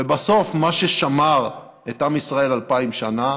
ובסוף מה ששמר את עם ישראל אלפיים שנה